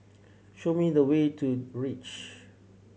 show me the way to Reach